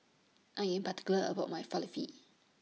I Am particular about My Falafel